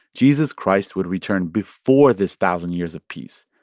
jesus christ would return before this thousand years of peace.